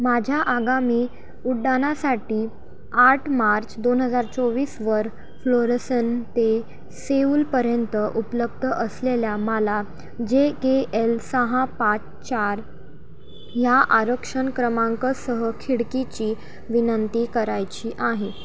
माझ्या आगामी उड्डाणासाठी आठ मार्च दोन हजार चोवीसवर फ्लोरसन ते सेऊलपर्यंत उपलब्ध असलेल्या मला जे के एल सहा पाच चार ह्या आरक्षण क्रमांकसह खिडकीची विनंती करायची आहे